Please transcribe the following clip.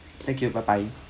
thank you bye bye